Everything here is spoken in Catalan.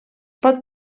pot